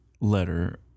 letter